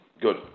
Good